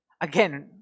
Again